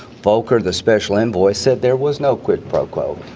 volker the special envoy said there was no quid pro quo.